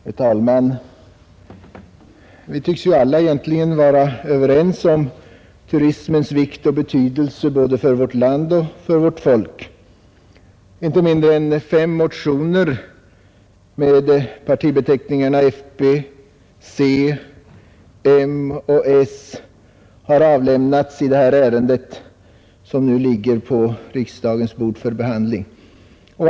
Herr talman! Vi tycks ju alla vara överens om turismens vikt och betydelse både för vårt land och för vårt folk. icke mindre än fem motioner med partibeteckningarna fp, c, m och s har avlämnats i det ärende som nu ligger på riksdagens bord för behandling.